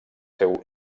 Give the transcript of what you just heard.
seu